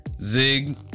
Zig